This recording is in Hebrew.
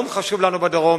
יום חשוב לנו בדרום.